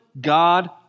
God